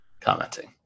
commenting